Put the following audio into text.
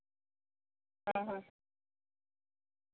ᱦᱮᱸ ᱦᱮᱸ